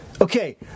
Okay